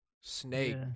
Snake